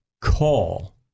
call